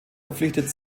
verpflichtet